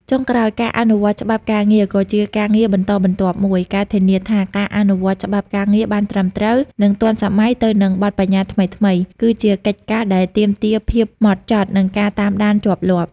ចុងក្រោយ ការអនុវត្តច្បាប់ការងារ ក៏ជាការងារបន្តបន្ទាប់មួយ ការធានាថាការអនុវត្តច្បាប់ការងារបានត្រឹមត្រូវ និងទាន់សម័យទៅនឹងបទប្បញ្ញត្តិថ្មីៗ គឺជាកិច្ចការដែលទាមទារភាពម៉ត់ចត់ និងការតាមដានជាប់លាប់។